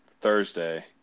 Thursday